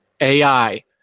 AI